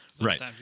right